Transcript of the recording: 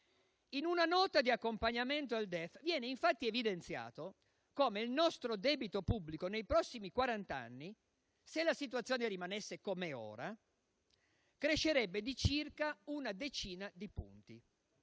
In una nota di accompagnamento al DEF viene infatti evidenziato come il nostro debito pubblico nei prossimi quarant'anni, se la situazione rimanesse com'è ora, crescerebbe di circa una decina di punti;